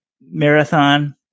Marathon